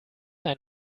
ein